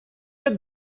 بیاد